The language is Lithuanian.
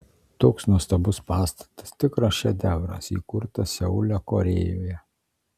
toks nuostabus pastatas tikras šedevras įkurtas seule korėjoje